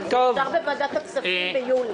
זה אושר בוועדת הכספים ביולי.